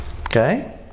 Okay